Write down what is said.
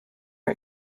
her